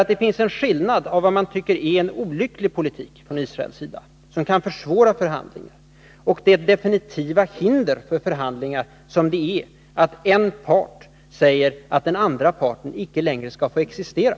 Men det finns en skillnad mellan vad man tycker är en olycklig politik från Israels sida som kan försvåra förhandlingar och det definitiva hinder för förhandlingar som det är att en part säger att den andra parten icke längre skall få existera.